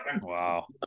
Wow